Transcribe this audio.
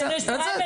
אצלנו יש פריימריז,